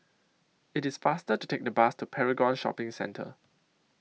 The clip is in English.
IT IS faster to Take The Bus to Paragon Shopping Centre